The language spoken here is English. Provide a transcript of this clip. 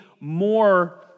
more